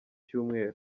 cyumweru